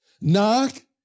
Knock